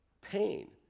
pain